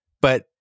but-